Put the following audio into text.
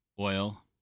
Oil